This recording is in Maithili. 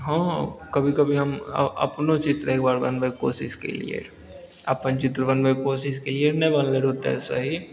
हँ कभी कभी हम अपनो चित्र एकबार कोशिश केलियै रहऽ अपन चित्र बनबैके कोशिश केलियै रहऽ नहि बनलै ओते सही